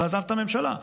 ועזב את הממשלה.